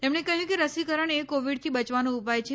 તેમણે કહ્યું કે રસીકરણ એ કોવીડથી બચવાનો ઉપાય છે